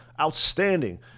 Outstanding